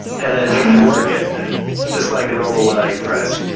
and then you can work it just like a normal lying press.